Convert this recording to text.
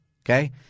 Okay